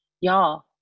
y'all